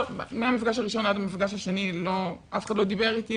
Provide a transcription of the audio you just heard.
מהמפגש הראשון עד המפגש השני אף אחד לא דיבר איתי.